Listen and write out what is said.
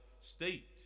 state